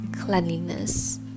cleanliness